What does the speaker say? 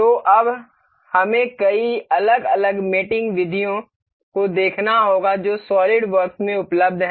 तो अब हमें कई अलग अलग मेटिंग विधियों को देखना होगा जो सॉलिडवर्क्स में उपलब्ध हैं